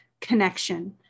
connection